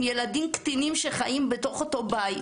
עם ילדים קטינים שחיים בתוך אותו בית.